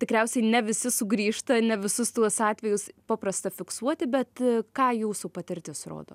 tikriausiai ne visi sugrįžta ne visus tuos atvejus paprasta fiksuoti bet ką jūsų patirtis rodo